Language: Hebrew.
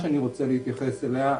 שאני רוצה להתייחס אליה,